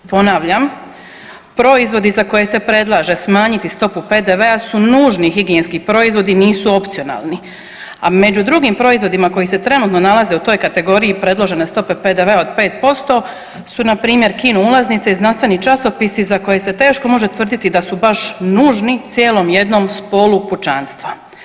Ponavljam, proizvodi za koje se predlaže smanjiti stopu PDV-a su nužni higijenski proizvodi nisu opcionalni, a među drugim proizvodima koji se trenutno nalaze u toj kategoriji predložene stope PDV-a od 5% su npr. kino ulaznice i znanstveni časopisi za koje se teško može tvrditi da su baš nužni cijelom jednom spolu pučanstva.